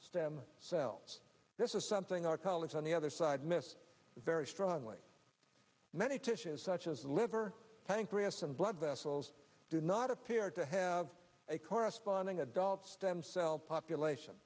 stem cells this is something our colleagues on the other side missed very strongly and many tissues such as liver pancreas and blood vessels do not appear to have a corresponding adult stem cell population